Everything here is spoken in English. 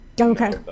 okay